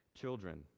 Children